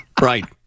Right